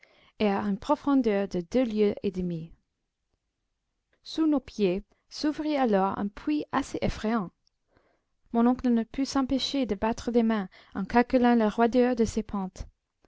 et à une profondeur de deux lieues et demie sous nos pieds s'ouvrit alors un puits assez effrayant mon oncle ne put s'empêcher de battre des mains en calculant la roideur de ses pentes